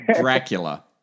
Dracula